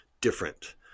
different